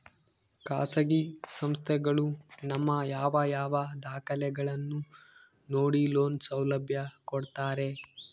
ಖಾಸಗಿ ಸಂಸ್ಥೆಗಳು ನಮ್ಮ ಯಾವ ಯಾವ ದಾಖಲೆಗಳನ್ನು ನೋಡಿ ಲೋನ್ ಸೌಲಭ್ಯ ಕೊಡ್ತಾರೆ?